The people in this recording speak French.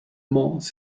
mans